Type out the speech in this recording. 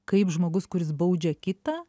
kaip žmogus kuris baudžia kitą